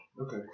Okay